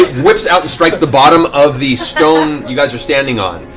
whips out and strikes the bottom of the stone you guys are standing on,